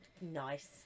Nice